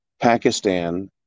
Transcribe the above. Pakistan